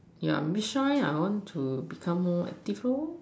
yeah me shy I will want to become more active